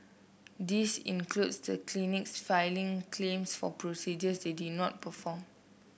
this includes the clinics filing claims for procedures they did not perform